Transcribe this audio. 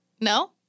No